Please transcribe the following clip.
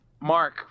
Mark